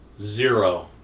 Zero